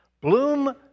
Bloom